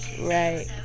Right